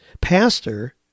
pastor